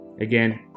again